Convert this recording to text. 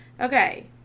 okay